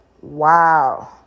wow